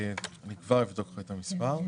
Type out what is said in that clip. אני כבר אבדוק לך את המספר.